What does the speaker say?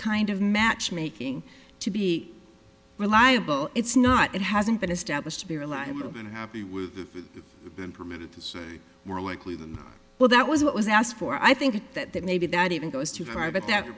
kind of matchmaking to be reliable it's not it hasn't been established to be reliable and happy with the permitted it's more likely that well that was what was asked for i think that that maybe that even goes too far but that